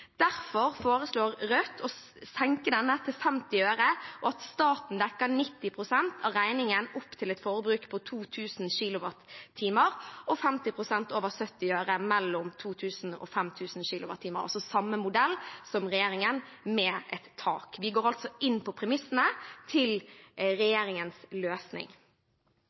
Derfor foreslår Rødt å senke terskelen til 50 øre, og at staten dekker 90 pst. av regningen opp til et forbruk på 2 000 kWh og 50 pst. over 70 øre mellom 2 000 og 5 000 kWh – altså samme modell som regjeringen, med et tak. Vi går altså inn på premissene i regjeringens løsning.